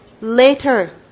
later